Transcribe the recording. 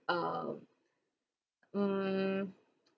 um mm